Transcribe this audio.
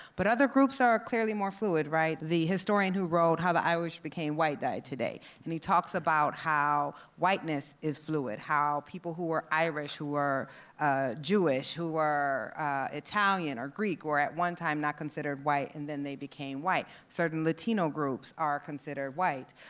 but other groups are clearly more fluid, right? the historian who wrote, how the irish became white died today, and he talks about how whiteness is fluid. how people who were irish, who were ah jewish, who were italian, or greek were at one time not considered white and then they became white, certain latino groups are considered white.